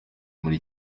muri